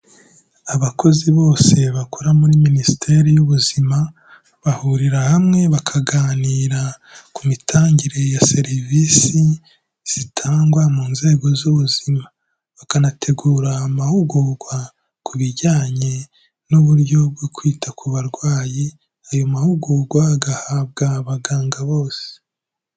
Abakozi bose bakora muri Minisiteri y'ubuzima bahurira hamwe bakaganira ku mitangire ya serivisi zitangwa mu nzego z'ubuzima, bakanategura amahugurwa ku bijyanye n'uburyo bwo kwita ku barwayi, ayo mahugurwa agahabwa abaganga bose.